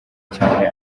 cyane